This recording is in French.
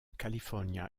california